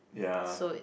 ya